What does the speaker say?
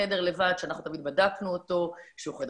חדר לבד שאנחנו תמיד בדקנו אותו שהוא חדר